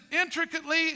intricately